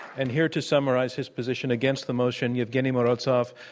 and here to summarize his position against the motion, yeah evgeny morozov,